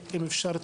בבקשה,